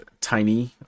Tiny